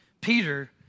Peter